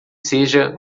seja